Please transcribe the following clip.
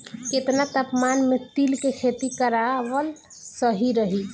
केतना तापमान मे तिल के खेती कराल सही रही?